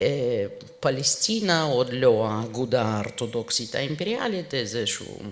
פלסטינה עוד לא האגודה הארתודוקסית האימפריאלית איזה שהוא